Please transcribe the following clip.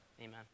Amen